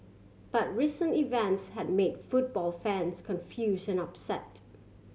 but recent events had made football fans confuse and upset